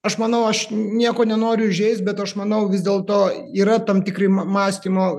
aš manau aš nieko nenoriu įžeist bet aš manau vis dėlto yra tam tikri mąstymo